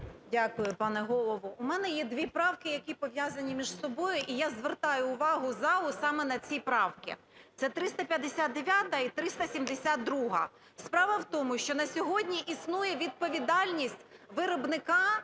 Дякую, пане Голово. У мене є 2 правки, які пов'язані між собою і я звертаю увагу залу саме на ці правки. Це 359-а і 372-а. Справа в тому, що на сьогодні існує відповідальність виробника